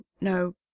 no